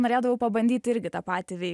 norėdavau pabandyt irgi tą patį veikt